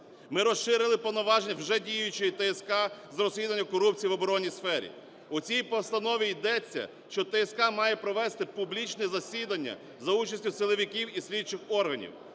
Ми розширили повноваження вже діючої ТСК з розслідування корупції в оборонній сфері. У цій постанові йдеться, що ТСК має провести публічне засідання за участі силовиків і слідчих органів.